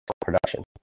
production